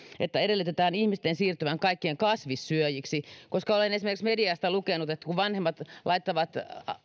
että edellytetään kaikkien ihmisten siirtyvän kasvissyöjiksi olen esimerkiksi mediasta lukenut että kun vanhemmat laittavat